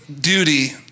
duty